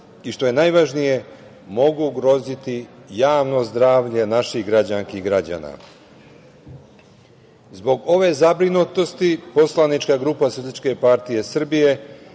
i, što je najvažnije, mogu ugroziti javno zdravlje naših građanki i građana. Zbog ove zabrinutosti, poslanička grupa Socijalističke partije Srbije